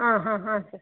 ಹಾಂ ಹಾಂ ಹಾಂ ಸರ್